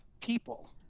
people